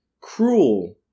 cruel